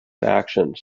actions